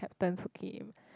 captains who came